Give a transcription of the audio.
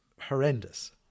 horrendous